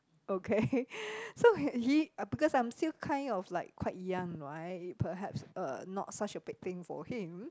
okay so he he because I'm still kind of like quite young right perhaps uh not such a big thing for him